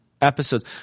episodes